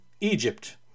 Egypt